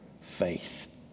faith